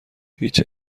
هیچ